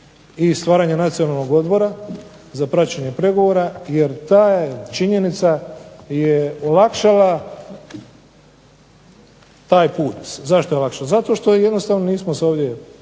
i stvaranje Nacionalnog odbora za praćenje pregovora jer ta činjenica je olakšala taj put. Zašto je olakšala, zato što jednostavno nismo se ovdje